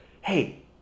hey